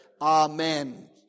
Amen